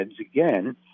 again